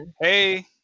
Hey